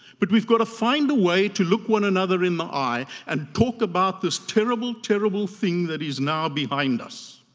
but we've got to find a way to look one another in the eye and talk about this terrible, terrible thing that is now behind us.